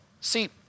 See